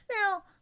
Now